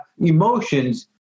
emotions